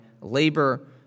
labor